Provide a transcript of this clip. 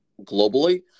globally